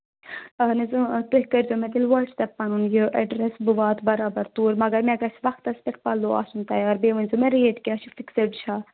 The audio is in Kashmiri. اَہن حظ اۭں تُہۍ کٔرۍزیو مےٚ تیٚلہِ وٹسیپ پَنُن یہِ اٮ۪ڈرٮ۪س بہٕ واتہٕ برابر توٗرۍ مگر مےٚ گژھِ وقتَس پٮ۪ٹھ پَلو آسُن تَیار بیٚیہِ ؤنۍزیو مےٚ ریٹ کیٛاہ چھِ فِکسٕڈ چھا